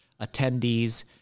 attendees